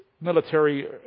military